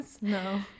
no